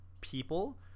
people